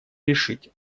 решить